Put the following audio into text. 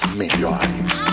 melhores